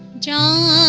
joel